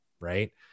right